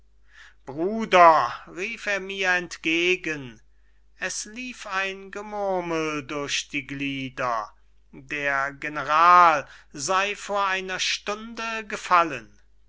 bruder rief er mir entgegen es lief ein gemurmel durch die glieder der general sey vor einer stunde gefallen